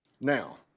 Now